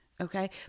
okay